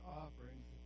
offerings